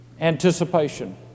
Anticipation